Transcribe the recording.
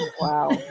Wow